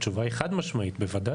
התשובה היא חד משמעית, בוודאי.